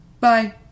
Bye